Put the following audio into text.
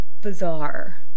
bizarre